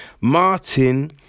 Martin